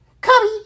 Cubby